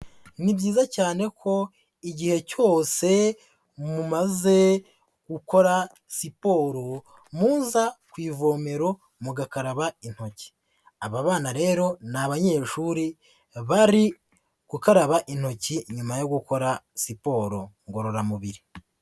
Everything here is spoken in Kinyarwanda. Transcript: Ni byiza cyane ko igihe cyose mumaze gukora siporo muza ku ivomero mugakaraba intoki, aba bana rero ni abanyeshuri bari gukaraba intoki nyuma yo gukora siporo ngororamubiri.